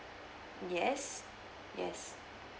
yes yes